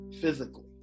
physically